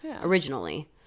originally